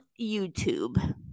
YouTube